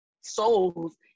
souls